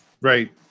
Right